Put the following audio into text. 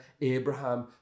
Abraham